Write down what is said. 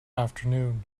afternoon